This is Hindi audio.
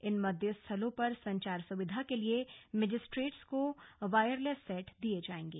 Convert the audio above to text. इन मतदेय स्थलों पर संचार सुविधा के लिए मजिस्ट्रेट्स को वायरलेस सेट दिए जाएंगे